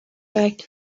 back